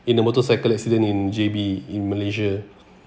in a motorcycle accident in J_B in malaysia